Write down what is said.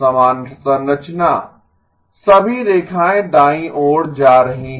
समान संरचना सभी रेखायें दाईं ओर जा रही हैं